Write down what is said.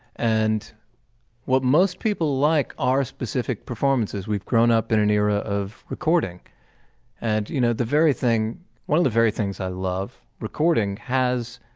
and what most people like are specific performances. we've grown up in an era of recording and you know, the very thing one of the very things i love recording has